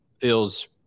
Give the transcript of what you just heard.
feels